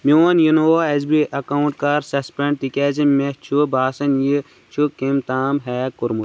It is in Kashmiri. میون یونوو ایٚس بی آیۍ اکاونٹ کَر سسپینڑ تِکیٛازِ مےٚ چھُ باسان یہِ چھُ کٔمۍ تام ہیک کوٚرمُت